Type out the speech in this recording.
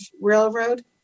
Railroad